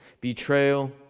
betrayal